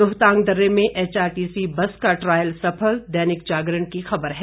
रोहतांग दर्रे में HRTC bus का ट्रायल सफल दैनिक जागरण की खबर है